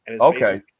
Okay